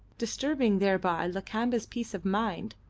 disturbing thereby lakamba's peace of mind,